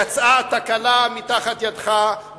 יצאה תקלה מתחת ידך,